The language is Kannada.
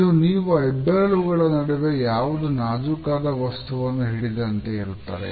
ಇದು ನೀವು ಹೆಬ್ಬೆರಳುಗಳ ನಡುವೆ ಯಾವುದು ನಾಜೂಕಾದ ವಸ್ತುವನ್ನು ಹಿಡಿದಂತೆ ಇರುತ್ತದೆ